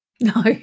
No